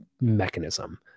mechanism